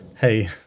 Hey